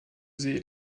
see